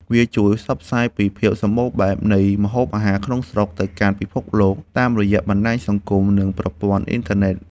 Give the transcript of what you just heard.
វាជួយផ្សព្វផ្សាយពីភាពសម្បូរបែបនៃម្ហូបអាហារក្នុងស្រុក ទៅកាន់ពិភពលោកតាមរយៈបណ្ដាញសង្គម និងប្រព័ន្ធអ៊ីនធឺណិត។